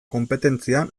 konpetentzia